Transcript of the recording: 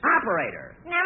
operator